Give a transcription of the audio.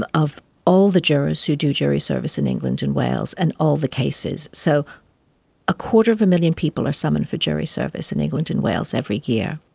of all the jurors who do jury service in england and wales, and all the cases. so a quarter of a million people are summoned for jury service in england and wales every year.